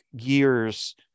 years